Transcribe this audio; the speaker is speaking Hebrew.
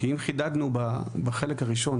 כי אם חידדנו בחלק הראשון,